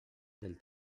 del